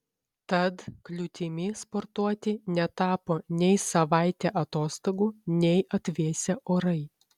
tad kliūtimi sportuoti netapo nei savaitė atostogų nei atvėsę orai